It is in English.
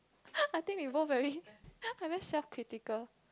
I think we all very like very self typical